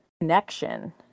connection